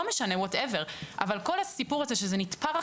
אבל כאשר אני שומעת שמגיע ילד בן שש